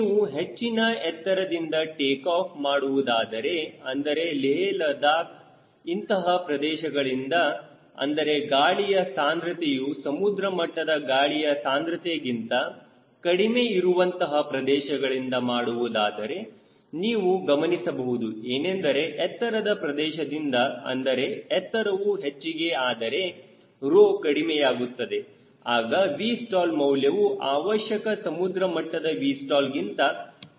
ನೀವು ಹೆಚ್ಚಿನ ಎತ್ತರದಿಂದ ಟೇಕಾಫ್ ಮಾಡುವುದಾದರೆ ಅಂದರೆ ಲೇಹ ಲಡಾಕ್ ಇಂತಹ ಪ್ರದೇಶಗಳಿಂದ ಅಂದರೆ ಗಾಳಿಯ ಸಾಂದ್ರತೆಯು ಸಮುದ್ರಮಟ್ಟದ ಗಾಳಿಯ ಸಾಂದ್ರತೆಗಿಂತ ಕಡಿಮೆ ಇರುವಂತಹ ಪ್ರದೇಶಗಳಿಂದ ಮಾಡುವುದಾದರೆ ನೀವು ಗಮನಿಸಬಹುದು ಏನೆಂದರೆ ಎತ್ತರದ ಪ್ರದೇಶದಿಂದ ಅಂದರೆ ಎತ್ತರವು ಹೆಚ್ಚಿಗೆ ಆದರೆ rho ಕಡಿಮೆಯಾಗುತ್ತದೆ ಆಗ Vstall ಮೌಲ್ಯವು ಅವಶ್ಯಕ ಸಮುದ್ರಮಟ್ಟದ Vstallಗಿಂತ ಹೆಚ್ಚಿಗೆ ಆಗುತ್ತದೆ